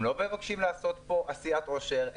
לא לעשות פה עשיית עושר,